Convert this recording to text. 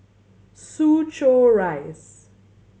Soo Chow Rise